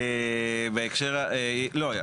לא,